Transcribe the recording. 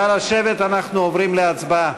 נא לשבת, אנחנו עוברים להצבעה.